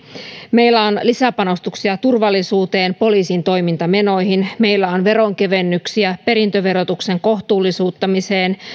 meillä on lisäpanostuksia turvallisuuteen poliisin toimintamenoihin meillä on veronkevennyksiä perintöverotuksen kohtuullistamiseen